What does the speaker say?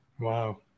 Wow